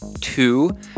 Two